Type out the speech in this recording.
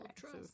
trust